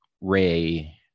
Ray